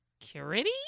security